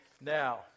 now